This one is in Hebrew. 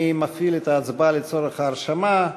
אני מפעיל את ההצבעה לצורך ההרשמה.